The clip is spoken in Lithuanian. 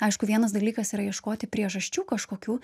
aišku vienas dalykas yra ieškoti priežasčių kažkokių